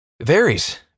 varies